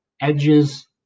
Edges